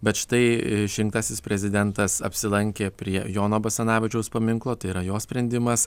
bet štai išrinktasis prezidentas apsilankė prie jono basanavičiaus paminklo tai yra jo sprendimas